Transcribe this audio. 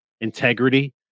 integrity